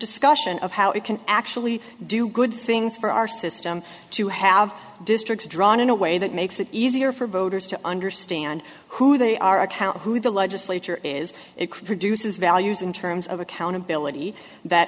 discussion of how it can actually do good things for our system to have districts drawn in a way that makes it easier for voters to understand who they are account who the legislature is it produces values in terms of accountability that